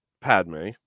padme